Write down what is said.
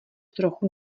trochu